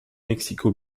mexico